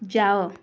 ଯାଅ